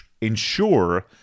ensure